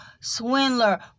swindler